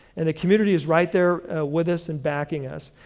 and the community is right there with us and backing us,